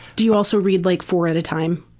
do you also read like four at a time?